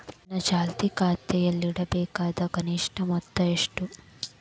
ನನ್ನ ಚಾಲ್ತಿ ಖಾತೆಯಲ್ಲಿಡಬೇಕಾದ ಕನಿಷ್ಟ ಮೊತ್ತ ಎಷ್ಟು?